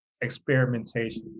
experimentation